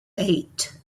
eight